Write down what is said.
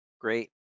Great